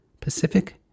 Pacific